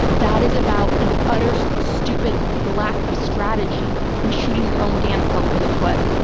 that is about an utter stupid lack of strategy and shooting your own damn self in the foot.